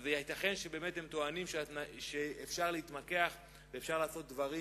אז ייתכן שהם טוענים שאפשר להתמקח ואפשר לעשות דברים